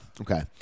Okay